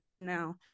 now